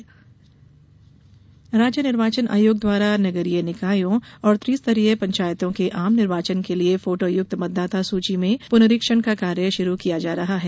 मतदाता सूची राज्य निर्वाचन आयोग द्वारा नगरीय निकायों और त्रिस्तरीय पंचायतों के आम निर्वाचन के लिये फोटो युक्त मतदाता सूची में पुनरीक्षण का कार्य शुरू किया जा रहा है